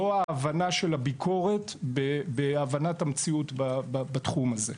זו ההבנה של הביקורת בהבנת המציאות בתחום הזה.